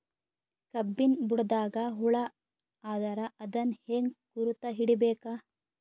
ಕಬ್ಬಿನ್ ಬುಡದಾಗ ಹುಳ ಆದರ ಅದನ್ ಹೆಂಗ್ ಗುರುತ ಹಿಡಿಬೇಕ?